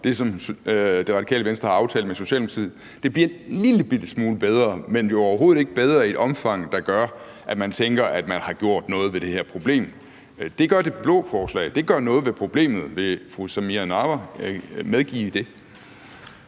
og det, Radikale Venstre har aftalt med Socialdemokratiet, gør ikke særlig meget. Det bliver en lillebitte smule bedre, men jo overhovedet ikke bedre i et omfang, der gør, at man tænker, at man har gjort noget ved det her problem. Det gør det blå forslag. Det gør noget ved problemet. Vil fru Samira Nawa medgive det?